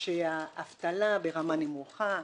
שהאבטלה ברמה נמוכה,